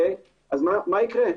אז מה יקרה?